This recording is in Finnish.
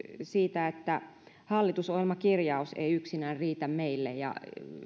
siitä että hallitusohjelmakirjaus ei yksinään riitä meille ja